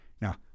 Now